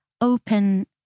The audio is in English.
open